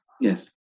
Yes